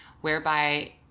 whereby